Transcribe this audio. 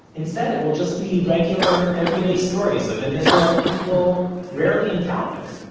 instead, it will just be regular, everyday stories, of an israel people rarely encounter.